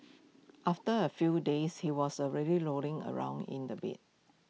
after A few days he was already rolling around in the bed